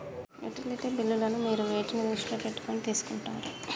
Utility బిల్లులను మీరు వేటిని దృష్టిలో పెట్టుకొని తీసుకుంటారు?